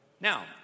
Now